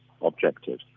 objective